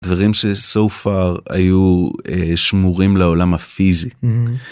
דברים ש so far היו שמורים לעולם הפיזי.